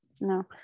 No